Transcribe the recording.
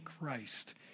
Christ